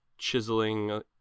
chiseling